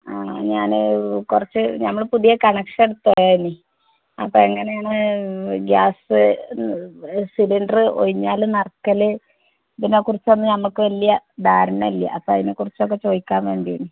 ആ ഞാൻ കുറച്ച് നമ്മൾ പുതിയ കണക്ഷൻ എടുത്തുപോയതാണ് അപ്പോൾ എങ്ങനെയാണ് ഗ്യാസ് സിലിണ്ടർ ഒഴിഞ്ഞാൽ നിറയ്ക്കൽ ഇതിനെക്കുറിച്ചൊന്നും നമുക്ക് വലിയ ധാരണ ഇല്ല അപ്പോൾ അതിനെക്കുറിച്ചൊക്കെ ചോദിക്കാൻ വേണ്ടിയാണ്